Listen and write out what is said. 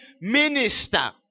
minister